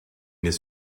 his